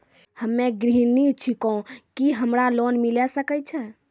हम्मे गृहिणी छिकौं, की हमरा लोन मिले सकय छै?